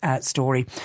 story